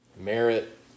merit